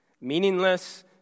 Meaningless